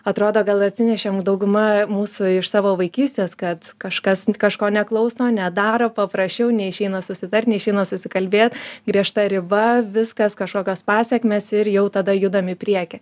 atrodo gal atsinešėm dauguma mūsų iš savo vaikystės kad kažkas kažko neklauso nedaro paprašiau neišeina susitart neišeina susikalbėt griežta riba viskas kažkokios pasekmės ir jau tada judam į priekį